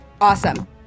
Awesome